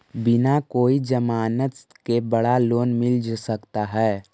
बिना कोई जमानत के बड़ा लोन मिल सकता है?